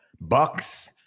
Bucks